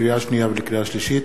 לקריאה שנייה ולקריאה שלישית,